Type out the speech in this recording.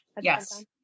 Yes